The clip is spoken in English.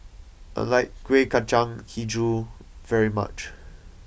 I like Kueh Kacang HiJau very much